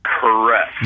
Correct